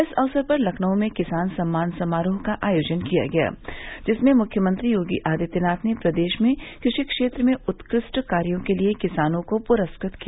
इस अवसर पर लखनऊ में किसान सम्मान समारोह का आयोजन किया गया जिसमें मुख्यमंत्री योगी आदित्यनाथ ने प्रदेश में कृषि क्षेत्र में उत्कृष्ट कार्यों के लिए किसानों को पुरस्कृत किया